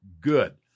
good